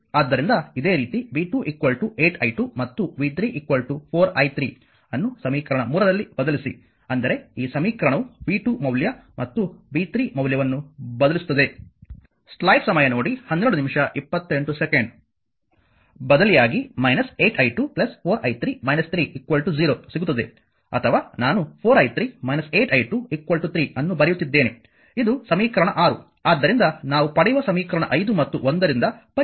ಆದ್ದರಿಂದ ಇದೇ ರೀತಿ v 2 8 i2 ಮತ್ತು v 3 4 i3 ಅನ್ನು ಸಮೀಕರಣ 3 ರಲ್ಲಿ ಬದಲಿಸಿ ಅಂದರೆ ಈ ಸಮೀಕರಣವು v 2 ಮೌಲ್ಯ ಮತ್ತು v 3 ಮೌಲ್ಯವನ್ನು ಬದಲಿಸುತ್ತದೆ ಬದಲಿಯಾಗಿ 8 i2 4 i3 3 0 ಸಿಗುತ್ತದೆ ಅಥವಾ ನಾನು 4 i3 8 i2 3 ಅನ್ನು ಬರೆಯುತ್ತಿದ್ದೇನೆ ಇದು ಸಮೀಕರಣ 6 ಆದ್ದರಿಂದ ನಾವು ಪಡೆಯುವ ಸಮೀಕರಣ 5 ಮತ್ತು 1 ರಿಂದ ಪರಿಹರಿಸಿ